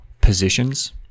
positions